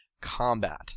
combat